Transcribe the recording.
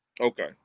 Okay